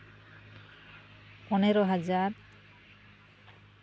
ᱯᱚᱱᱮᱨᱚ ᱦᱟᱡᱟᱨ